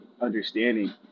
understanding